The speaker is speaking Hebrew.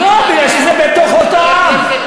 לא, מפני שזה בתוך אותו עם.